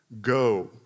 Go